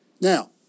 Now